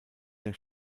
der